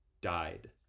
died